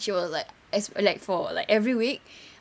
she was like as like for like every week